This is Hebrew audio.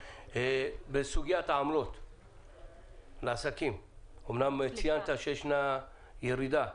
בסוגיית העמלות לעסקים, אמנם ציינת שיש ירידה,